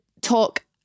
talk